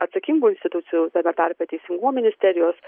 atsakingų institucijų tame tarpe teisingumo ministerijos